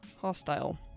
hostile